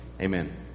Amen